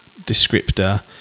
descriptor